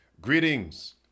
Greetings